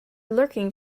lurking